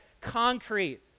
concrete